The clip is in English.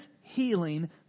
healing